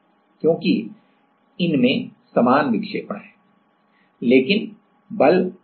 क्योंकि क्योंकि इसमें समान विक्षेपण है लेकिन बल भिन्न हो सकता है